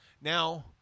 Now